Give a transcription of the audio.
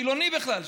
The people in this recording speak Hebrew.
חילוני בכלל,